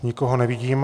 Nikoho nevidím.